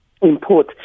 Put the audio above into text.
Import